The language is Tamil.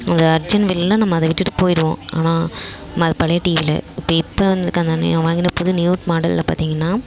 அந்த அர்ஜ்ஜெண்ட் வேலையில் நம்ம அதை விட்டுவிட்டு போயிடுவோம் ஆனால் அது நம்ம பழைய டிவியில் இப்போ இப்போ வந்திருக்குற அந்த நான் வாங்கின புது நியூட் மாடலில் பார்த்திங்ன்னா